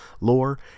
lore